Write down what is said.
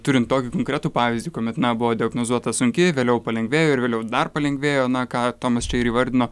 turint tokį konkretų pavyzdį kuomet na buvo diagnozuota sunki vėliau palengvėjo ir vėliau dar palengvėjo na ką tomas čia ir įvardino